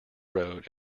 road